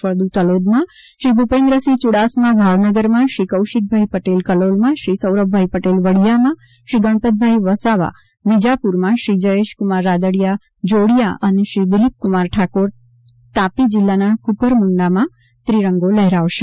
ફળદુ તલોદમાં શ્રી ભૂપેન્દ્રસિંહ ચુડાસમા ભાવનગરમાં શ્રી કૌશિકભાઇ પટેલ કલોલમાં શ્રી સૌરભભાઇ પટેલ વડીયામાં શ્રી ગુજાપતભાઇ વસાવા વિજાપુરમાં શ્રી જયેશકુમાર રાદડિયા જોડીયા અને શ્રી દિલીપક્રમાર ઠાકોર તાપી જિલ્લાના ક્રકરમંડામાં ત્રિરંગો લહેરાવશે